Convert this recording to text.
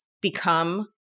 become